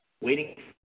waiting